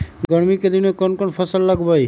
गर्मी के दिन में कौन कौन फसल लगबई?